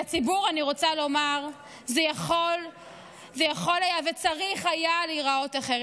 לציבור אני רוצה לומר: זה יכול היה וצריך היה להיראות אחרת.